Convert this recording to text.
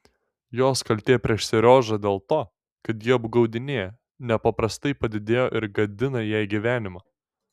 jos kaltė prieš seriožą dėl to kad jį apgaudinėja nepaprastai padidėjo ir gadina jai gyvenimą